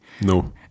no